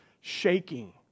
shaking